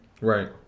Right